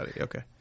Okay